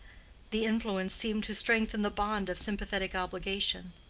the influence seemed to strengthen the bond of sympathetic obligation.